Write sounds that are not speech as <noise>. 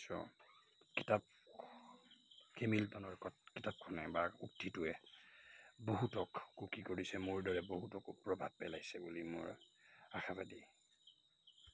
<unintelligible> কিতাপ সেই মিল্টনৰ কিতাপখনেই বা উক্তিটোৱে বহুতক সুখী কৰিছে মোৰ দৰে বহুতকো প্ৰভাৱ পেলাইছে বুলি মই আশাবাদী